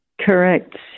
Correct